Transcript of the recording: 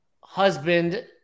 Husband